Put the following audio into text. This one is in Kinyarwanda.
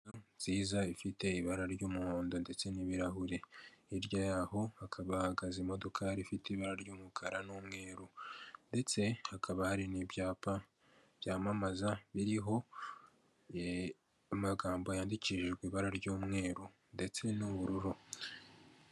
Inzu nziza ifite ibara ry'umuhondo ndetse n'ibirahuri, hirya yaho hakaba ahahagaze imodoka ifite ibara ry'umukara n'umweru, ndetse hakaba hari n'ibyapa byamamaza biriho amagambo yandikishijwe ibara ry'umweru ndetse n'ubururu.